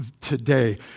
today